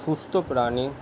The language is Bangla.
সুস্থ প্রাণী